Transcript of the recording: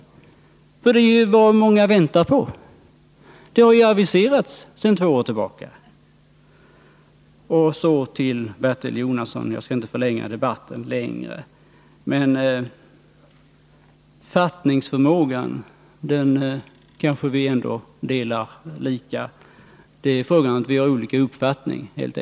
En sådan är ju vad många väntar på, eftersom den har aviserats sedan två år tillbaka. Jag skall inte förlänga debatten, men ett par ord till Bertil Jonasson. Fattningsförmågan äger vi kanske i samma grad. Det är helt enkelt fråga om olika uppfattningar.